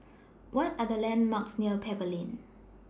What Are The landmarks near Pebble Lane